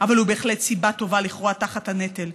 אבל הוא בהחלט סיבה טובה לכרוע תחת הנטל,